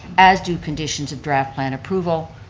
as do conditions of draft plan approval,